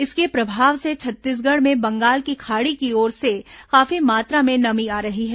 इसके प्रभाव से छत्तीसगढ़ में बंगाल की खाड़ी की ओर से काफी मात्रा में नमी आ रही है